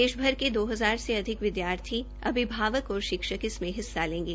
देश भर के दो हजार से अधिक विदयार्थी अभिभावक और शिक्षक इसमें भाग लेंगे